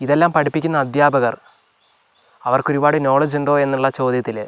ഇതെല്ലം പഠിപ്പിക്കുന്ന അധ്യാപകർ അവർക്കൊരുപാട് നോളജ് ഉണ്ടോ എന്നുള്ള ചോദ്യത്തിൽ